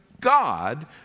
God